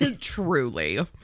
Truly